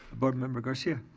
board member garcia.